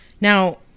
Now